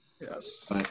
Yes